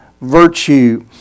virtue